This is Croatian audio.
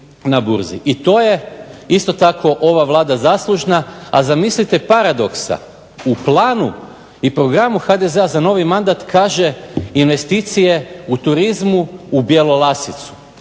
I to je isto tako ova Vlada zaslužna. A zamislite paradoksa, u planu i programu HDZ-a za novi mandat kaže, investicije u turizmu u Bjelolasicu,